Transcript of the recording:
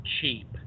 cheap